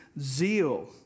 zeal